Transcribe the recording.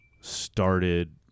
started